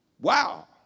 Wow